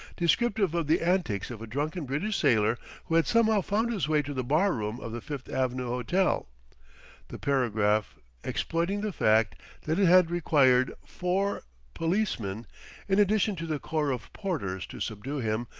descriptive of the antics of a drunken british sailor who had somehow found his way to the bar-room of the fifth avenue hotel the paragraph exploiting the fact that it had required four policemen in addition to the corps of porters to subdue him,